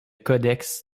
codex